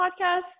podcast